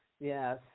Yes